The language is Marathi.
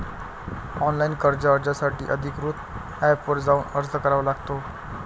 ऑनलाइन कर्ज अर्जासाठी अधिकृत एपवर जाऊन अर्ज करावा लागतो